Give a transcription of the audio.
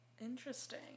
Interesting